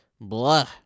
Blah